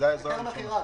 היתר המכירה.